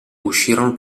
uscirono